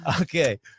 Okay